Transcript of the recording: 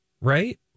right